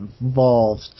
involved